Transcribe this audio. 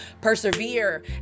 persevere